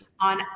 on